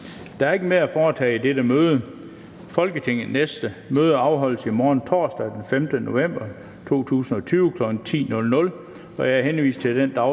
Der er ikke mere at foretage i dette møde. Folketingets næste møde afholdes i morgen, torsdag den 5. november 2020, kl. 10.00. Jeg henviser til den